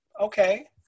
Okay